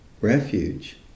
refuge